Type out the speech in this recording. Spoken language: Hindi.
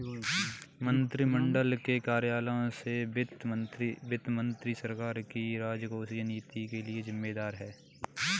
मंत्रिमंडल के कार्यालयों में से वित्त मंत्री सरकार की राजकोषीय नीति के लिए जिम्मेदार है